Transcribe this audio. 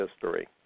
history